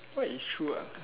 what is true ah